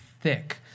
thick